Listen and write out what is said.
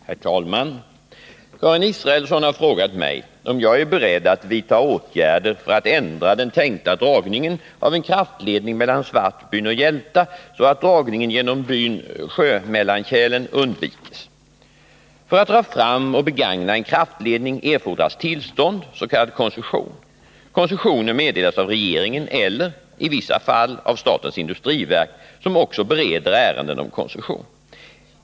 Herr talman! Karin Israelsson har frågat mig om jag är beredd att vidtaga åtgärder för att ändra den tänkta dragningen av en kraftledning mellan Svartbyn och Hjälta så att dragningen genom byn Sjömellankälen undviks. För att dra fram och begagna en kraftledning erfordras tillstånd, s.k. koncession. Koncessioner meddelas av regeringen eller, i vissa fall, av statens industriverk, som också bereder ärenden om koncessioner.